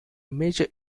major